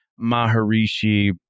Maharishi